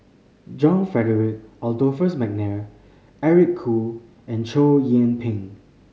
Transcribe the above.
John Frederick Adolphus McNair Eric Khoo and Chow Yian Ping